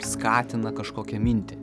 skatina kažkokią mintį